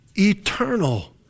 eternal